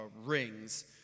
rings